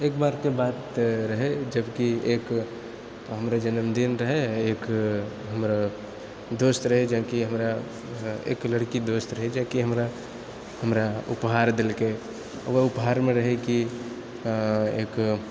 एक बारके बात रहै जबकि एक हमरे जन्मदिन रहै एक हमर दोस्त रहै जेकि हमरा एक लड़की दोस्त रहै जेकि हमरा उपहार देलकै ओहि उपहारमे रहै कि एक